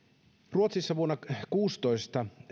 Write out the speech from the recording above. ruotsissa vuonna kuusitoista